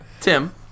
Tim